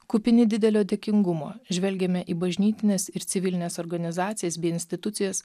kupini didelio dėkingumo žvelgiame į bažnytines ir civilines organizacijas bei institucijas